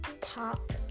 Pop